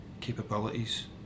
capabilities